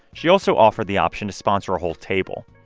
she also offered the option to sponsor a whole table.